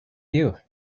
you